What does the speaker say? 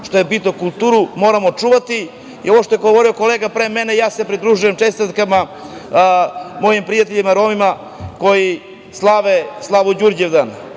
što je bitno. Kulturu moramo čuvati. Ovo što je govorio kolega pre mene, ja se pridružujem čestitkama mojim prijateljima Romima koji slave slavu Đurđevdan.